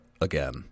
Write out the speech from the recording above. again